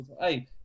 Hey